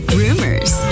rumors